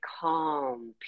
calm